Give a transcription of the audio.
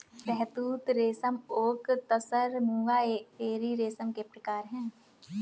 शहतूत रेशम ओक तसर मूंगा एरी रेशम के प्रकार है